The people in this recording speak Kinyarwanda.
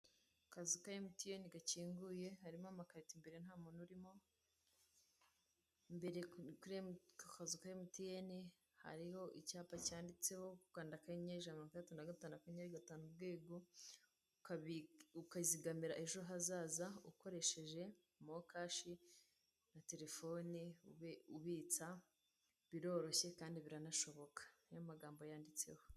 Akazu ka emutiyeni gakinguye hari amakarito imbere nta muntu urimo, imbere ku akazu ka emutiyene hariho icyapa cyanditseho gukanda akanyenyeri ijana na mirongwitandatu na gatanu akanyenyeri gatanu urwego ukazigamira ejo hazaza ukoresheje mokashi ya terefone ube ubitsa biroroshye kandi biranashoboka niyo magambo yanditseho.